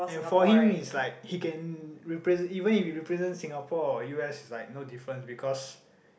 and for him is like he can repre~ even he represent Singapore or u_s is like no difference because